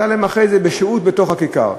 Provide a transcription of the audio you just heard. הייתה להם אחרי זה, בשהות בתוך הכיכר.